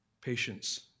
patience